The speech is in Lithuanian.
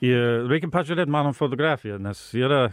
ir reikia peržiūrėt mano fotografiją nes yra